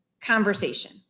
conversation